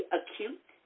acute